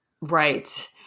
Right